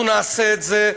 אנחנו נעשה את זה.